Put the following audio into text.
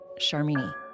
Charmini